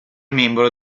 membro